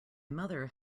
mother